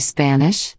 Spanish